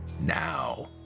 Now